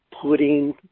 putting